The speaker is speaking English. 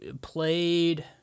played